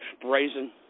brazen